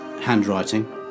handwriting